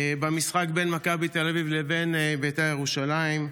במשחק בין מכבי תל אביב לבין בית"ר ירושלים,